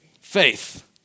Faith